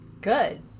good